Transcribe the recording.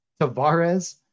Tavares